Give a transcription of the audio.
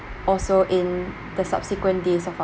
also in the subsequent days of our